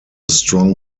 strong